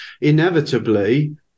inevitably